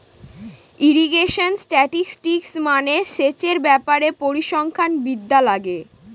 irrigation statistics মানে সেচের ব্যাপারে পরিসংখ্যান বিদ্যা লাগে